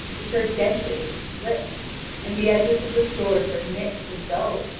which are dented and split and the edges of the swords are nicked and dulled.